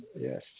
Yes